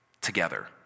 together